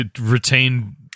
retain